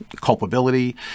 culpability